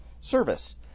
service